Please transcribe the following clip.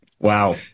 Wow